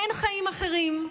אין חיים אחרים,